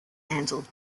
handled